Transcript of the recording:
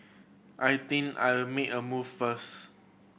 I think I'll make a move first